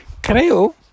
creo